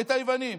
את היוונים.